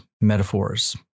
metaphors